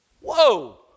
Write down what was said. Whoa